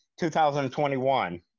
2021